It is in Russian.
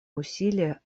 усилия